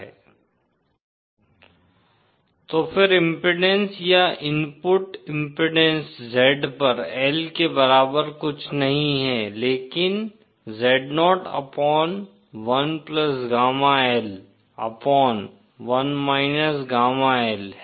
Z Z 1 Γ 0 1− Γ Z z l Z 1 Γl 0 1−Γ Zl Z 1 Γl 0 1−Γ Zl Z0 तो फिर impedance या input impedance Z पर L के बराबर कुछ नहीं है लेकिन Zo upon 1 gamma L upon 1 gamma L है